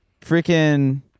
Freaking